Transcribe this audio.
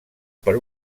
per